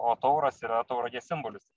o tauras yra tauragės simbolis